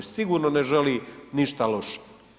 Sigurno ne želi ništa loše.